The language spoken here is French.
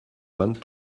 vingt